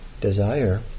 desire